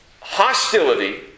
hostility